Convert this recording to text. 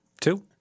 two